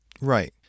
Right